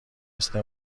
مثل